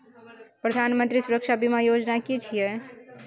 प्रधानमंत्री सुरक्षा बीमा योजना कि छिए?